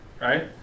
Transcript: Right